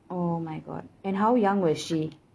oh my god and how young was she